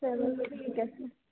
चलो ठीक ऐ फिर